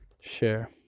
share